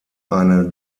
eine